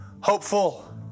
hopeful